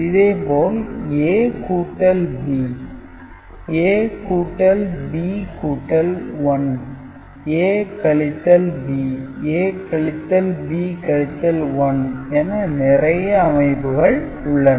இதேபோல் A கூட்டல் B A கூட்டல் B கூட்டல் 1 A கழித்தல் B Aகழித்தல் B கழித்தல் 1 என நிறைய அமைப்புகள் உள்ளன